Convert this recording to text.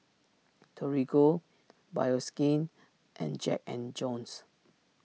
Torigo Bioskin and Jack and Jones